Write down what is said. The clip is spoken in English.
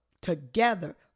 together